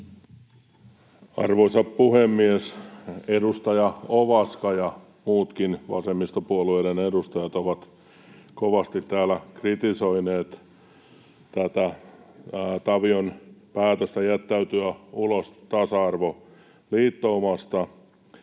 Arvoisa puhemies! Edustaja Ovaska ja muutkin vasemmistopuolueiden edustajat ovat kovasti täällä kritisoineet Tavion päätöstä jättäytyä ulos tasa-arvoliittoumasta.